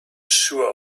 sure